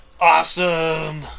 awesome